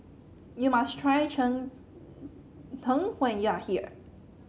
you must try Cheng Tng when you are here